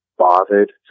bothered